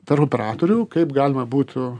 tarp operatorių kaip galima būtų